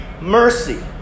mercy